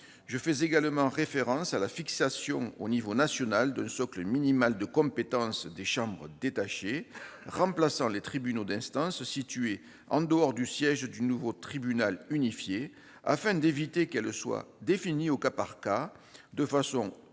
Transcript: Je fais également référence à la fixation au niveau national d'un socle minimal de compétences des chambres détachées remplaçant les tribunaux d'instance situés en dehors du siège du nouveau tribunal unifié, afin d'éviter qu'elles ne soient définies au cas par cas, de façon trop